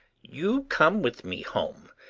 you come with me home,